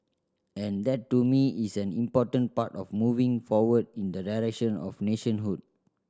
and that to me is an important part of moving forward in the direction of nationhood